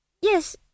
Yes